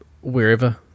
wherever